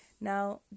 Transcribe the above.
Now